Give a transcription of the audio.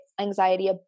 anxiety